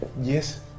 Yes